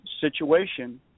situation